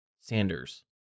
Sanders